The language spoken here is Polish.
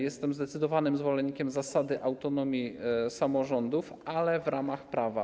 Jestem zdecydowanym zwolennikiem zasady autonomii samorządów, ale w ramach prawa.